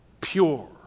pure